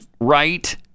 Right